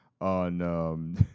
on